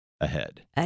ahead